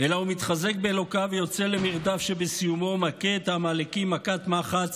אלא הוא מתחזק באלוקיו ויוצא למרדף שבסיומו הוא מכה את העמלקים מכת מחץ